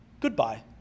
Goodbye